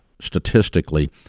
statistically